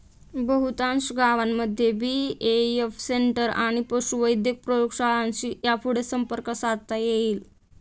बहुतांश गावांमध्ये BAF centre आणि पशुवैद्यक प्रयोगशाळांशी यापुढं संपर्क साधता येईल